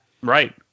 Right